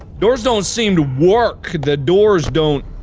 doors don't seem to work, the doors don't.